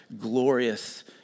glorious